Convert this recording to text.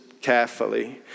carefully